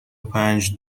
پنج